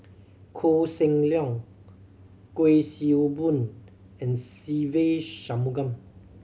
Koh Seng Leong Kuik Swee Boon and Se Ve Shanmugam